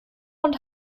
und